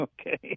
Okay